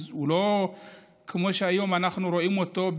הוא לא כמו שהיום אנחנו רואים אותו,